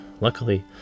Luckily